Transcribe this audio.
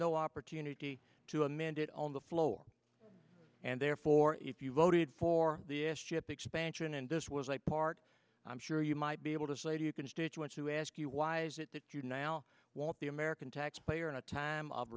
no opportunity to amend it on the floor and therefore if you voted for the s chip expansion and this was a part i'm sure you might be able to say to you constituents who ask you why is it that you now want the american taxpayer in a time of